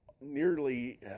nearly